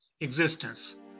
existence